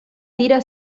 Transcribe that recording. tira